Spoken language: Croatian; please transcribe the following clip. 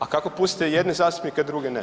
A kako pustite jedne zastupnike, a druge ne.